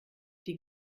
die